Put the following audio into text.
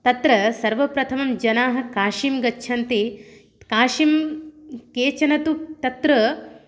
तत्र सर्वप्रथमं जनाः काशीं गच्छन्ति काशीं केचन तु तत्र